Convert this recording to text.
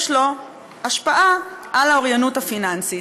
יש לו השפעה על האוריינות הפיננסית.